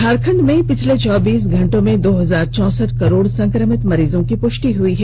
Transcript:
झारखण्ड में पिछले चौबीस घंटों में दो हजार चौंसठ कोरोना संक्रमित मरीजों की पुष्टि हुई है